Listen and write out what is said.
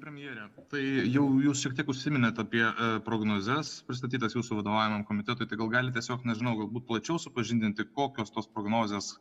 premjere tai jau jūs šiek tiek užsiminėte apie prognozes pristatytas jūsų vadovaujamam komitetui tai gal galit tiesiog nežinau galbūt plačiau supažindinti kokios tos prognozės